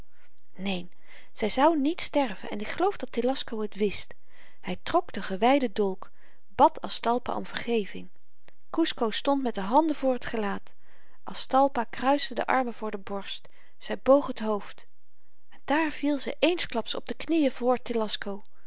neen zy zou niet sterven en ik geloof dat telasco het wist hy trok den gewyden dolk bad aztalpa om vergeving kusco stond met de handen voor t gelaat aztalpa kruiste de armen voor de borst zy boog het hoofd daar viel ze eensklaps op de knieën